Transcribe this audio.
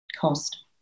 cost